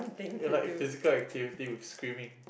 you like physical activity with swimming